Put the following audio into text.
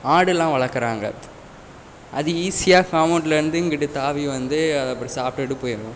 ஆடுலாம் வளர்க்கறாங்க அது ஈஸியாக காமௌண்ட்லேர்ந்து இங்குட்டு தாவி வந்து அதை அப்படி சாப்பிடுட்டு போய்ரும்